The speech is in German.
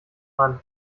dran